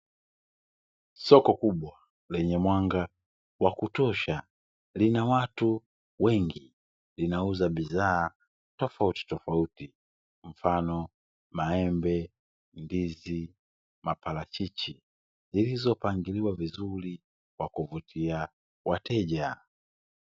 Soko kubwa lenye mwanga wakutosha, lina watu wengi, linauza bidhaa tofautitofauti, mfano maembe, ndizi, maparachichi, zilizopangiliwa vizuri kwa kuvutia wateja.